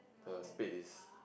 a space